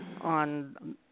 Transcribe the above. on